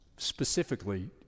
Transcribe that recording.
Specifically